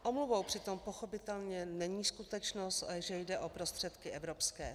Omluvou přitom pochopitelně není skutečnost, že jde o prostředky evropské.